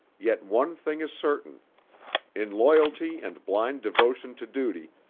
yet one thing is certain in loyalty and blind devotion to duty,